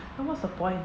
then what's the point